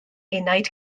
enaid